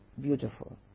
beautiful